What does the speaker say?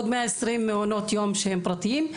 ועוד 120 מעונות יום שהם פרטיים.